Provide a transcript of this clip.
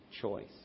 choice